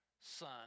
son